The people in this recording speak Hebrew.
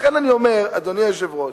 לכן אני אומר לך, אדוני היושב-ראש,